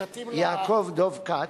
יעקב דב כץ,